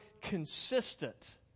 consistent